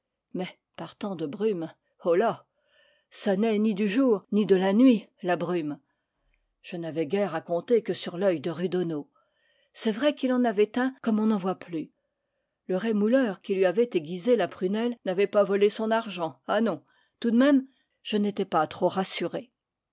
mais par temps de brume holà ça n'est ni du jour ni de la nuit la brume je n'avais guère à compter que sur l'œil de rudono c'est vrai qu'il en avait un comme on n'en voit plus le rémouleur qui lui avait aiguisé la prunelle n'avait pas volé son argent ah non tout de même je n'étais pas trop rassuré